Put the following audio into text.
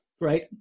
Right